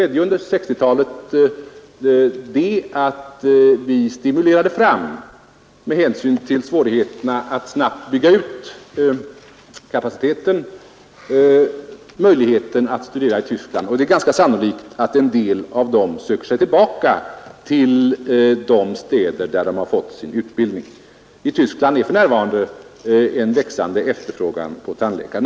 Med hänsyn till svårigheterna att snabbt bygga ut tandvårdskapaciteten stimulerade vi ju under 1960-talet möjligheterna att studera i Tyskland, och det är ganska sannolikt att en del av de tandläkare som nu söker sig till Tyskland är sådana som en gäng fick sin utbildning där. I Tyskland råder det ju för närvarande en växande efterfrågan på tandläkare.